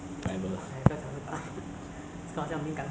就是很少跟我的朋友们讲话